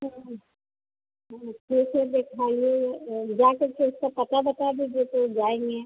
हाँ हाँ ठीक है दिखाइए जाकर के उसका पता बता दीजिए तो जाएँगे